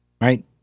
right